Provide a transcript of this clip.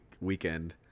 weekend